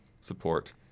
support